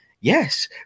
yes